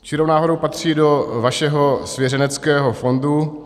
Čirou náhodou patří do vašeho svěřenského fondu.